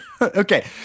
Okay